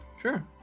Sure